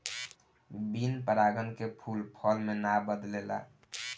बिन परागन के फूल फल मे ना बदलेला